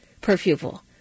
per-pupil